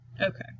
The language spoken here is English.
Okay